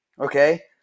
Okay